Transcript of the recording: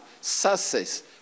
success